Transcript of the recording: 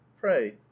pray